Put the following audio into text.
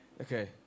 Okay